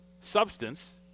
substance